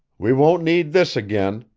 we won't need this again,